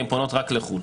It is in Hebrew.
הן פונות רק לחו"ל.